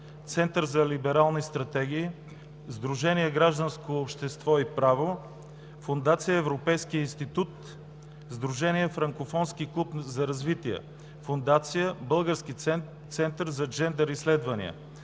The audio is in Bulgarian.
Център за либерални стратегии; Сдружение „Гражданско общество и право”; Фондация „Европейски институт”; Сдружение „Франкофонски клуб за развитие”; Фондация „Български център за джендър изследвания”;